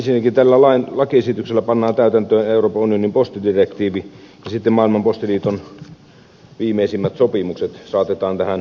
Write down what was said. ensinnäkin tällä lakiesityksellä pannaan täytäntöön euroopan unionin postidirektiivi ja sitten maailman postiliiton viimeisimmät sopimukset saatetaan tähän uuteen lakiin